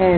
है ना